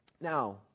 Now